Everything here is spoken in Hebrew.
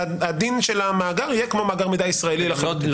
הדין של המאגר יהיה כמו מאגר מידע ישראלי לחלוטין.